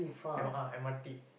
M_R M_R_T